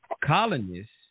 colonists